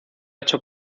hecho